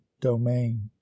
domain